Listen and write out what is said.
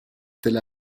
tel